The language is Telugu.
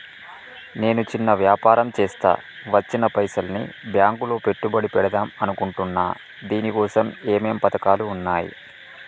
నేను చిన్న వ్యాపారం చేస్తా వచ్చిన పైసల్ని బ్యాంకులో పెట్టుబడి పెడదాం అనుకుంటున్నా దీనికోసం ఏమేం పథకాలు ఉన్నాయ్?